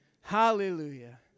Hallelujah